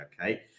okay